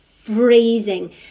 freezing